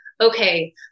Okay